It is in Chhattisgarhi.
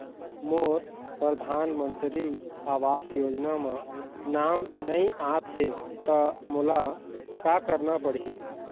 मोर परधानमंतरी आवास योजना म नाम नई आत हे त मोला का करना पड़ही?